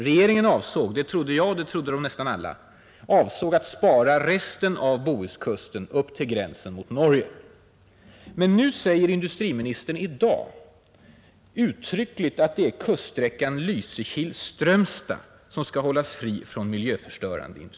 Regeringen avsåg — det trodde jag och det trodde nästan alla — att spara resten av Bohuskusten upp till gränsen mot Norge. Men nu i dag säger industriministern uttryckligt att det är ”kuststräckan Lysekil—-Strömstad” som skall hållas fri från miljöstörande industri.